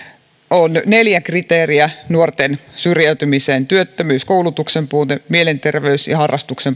on neljä kriteeriä nuorten syrjäytymiseen työttömyys koulutuksen puute mielenterveys